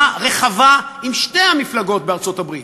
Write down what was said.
רחבה עם שתי המפלגות בארצות-הברית.